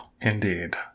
Indeed